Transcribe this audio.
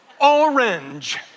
orange